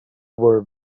were